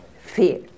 fear